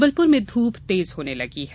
जबलपुर में धूप तेज होने लगी है